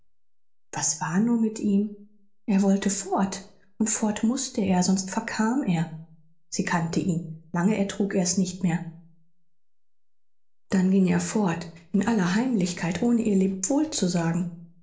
was war's nur mit ihm er wollte fort und fort mußte er sonst verkam er sie kannte ihn lange ertrug er's nicht mehr dann ging er fort in aller heimlichkeit ohne ihr lebewohl zu sagen